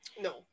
No